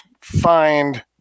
find